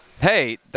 hey